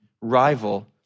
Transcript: rival